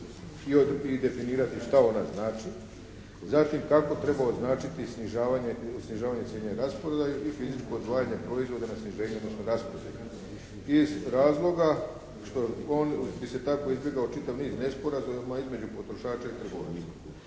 i definirati što ona znači. Zatim, kako treba označiti snižavanje cijena i rasprodaju i fizičko odvajanje proizvoda na sniženju, odnosno rasprodaji iz razloga što on bi se tako izbjegao čitav niz nesporazuma između potrošača i trgovaca